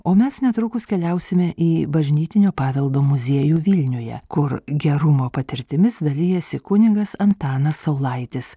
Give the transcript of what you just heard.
o mes netrukus keliausime į bažnytinio paveldo muziejų vilniuje kur gerumo patirtimis dalijasi kunigas antanas saulaitis